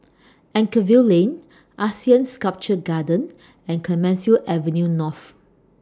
Anchorvale Lane Asean Sculpture Garden and Clemenceau Avenue North